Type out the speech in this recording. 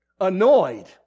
Annoyed